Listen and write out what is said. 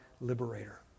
liberator